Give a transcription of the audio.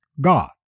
God